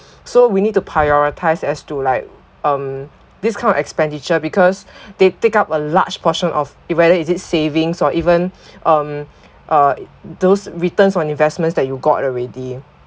so we need to prioritise as to like um this kind of expenditure because they take up a large portion of it whether is it savings or even um uh those returns on investments that you got already